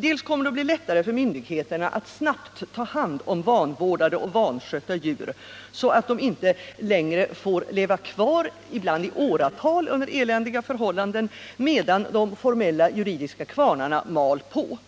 Det kommer att bli lättare för myndigheterna att snabbt ta hand om vanvårdade och vanskötta djur, så att dessa inte längre får leva kvar — ibland i åratal — under eländiga förhållanden, medan de formella juridiska kvarnarna mal på.